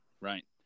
right